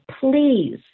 please